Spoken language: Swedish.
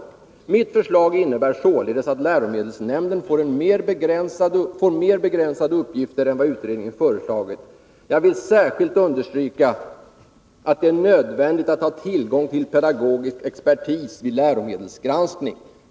Mitt förslag innebär således att läromedelsnämnden får mer begränsade uppgifter än utredningen föreslagit. Jag vill särskilt understryka att det är nödvändigt att ha tillgång till pedagogisk expertis vid läromedelsgranskningen.